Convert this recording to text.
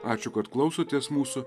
ačiū kad klausotės mūsų